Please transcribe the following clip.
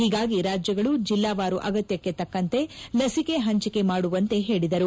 ಹೀಗಾಗಿ ರಾಜ್ವಗಳು ಜಿಲ್ಲಾವಾರು ಅಗತ್ಯಕ್ಷೆ ತಕ್ಕಂತೆ ಲಸಿಕೆ ಹಂಚಿಕೆ ಮಾಡುವಂತೆ ಹೇಳಿದರು